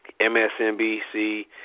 MSNBC